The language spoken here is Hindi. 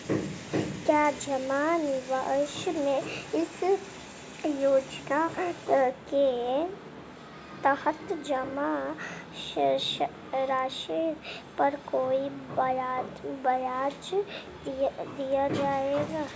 क्या जमा निवेश में इस योजना के तहत जमा राशि पर कोई ब्याज दिया जाएगा?